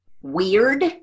weird